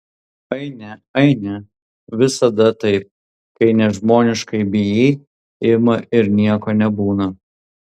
aine aine visada taip kai nežmoniškai bijai ima ir nieko nebūna